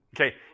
Okay